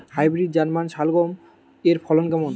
Hybrid German শালগম এর ফলন কেমন?